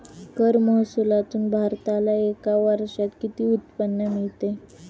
कर महसुलातून भारताला एका वर्षात किती उत्पन्न मिळते?